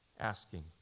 asking